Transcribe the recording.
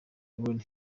lauryn